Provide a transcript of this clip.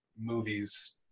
movies